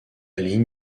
ligne